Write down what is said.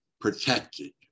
protected